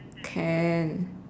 can